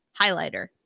Highlighter